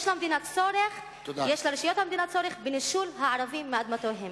יש לרשויות המדינה צורך בנישול הערבים מאדמותיהם.